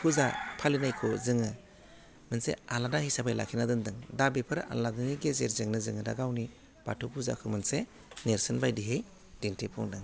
फुजा फालिनायखौ जोङो मोनसे आलादा हिसाबै लाखिना दोन्दों दा बेफोरो आलादानि गेजेरजोंनो जोङो दा गावनि बाथौ फुजाखौ मोनसे नेर्सोन बायदियै दिन्थिफुंदों